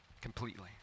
Completely